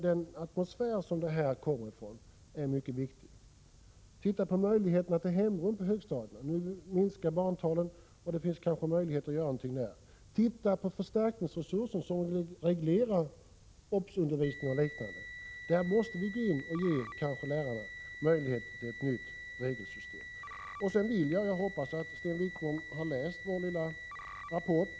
Men atmosfären som detta kommer ifrån är mycket betydelsefull. Man bör se på möjligheterna till hemrum på högstadiet. Barntalen minskar ju nu, och det kanske finns en möjlighet att göra någonting där. Man bör också se på förstärkningsresursen som reglerar obs-undervisning och liknande. Där måste vi gå in och ge lärarna möjligheter till ett nytt regelsystem. Jag hoppas att Sten Wickbom har läst vår lilla rapport.